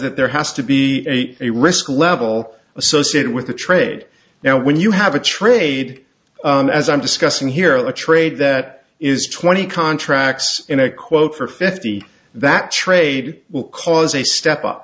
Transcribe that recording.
that there has to be a risk level associated with the trade now when you have a trade as i'm discussing here the trade that is twenty contracts in a quote for fifty that trade will cause a step up